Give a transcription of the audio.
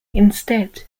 instead